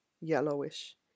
yellowish